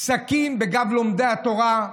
סכין בגב לומדי התורה,